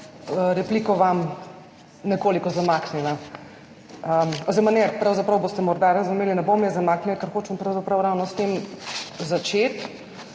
repliko vam nekoliko zamaknila oziroma ne, pravzaprav boste morda razumeli, ne bom je zamaknila, ker hočem pravzaprav začeti